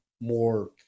more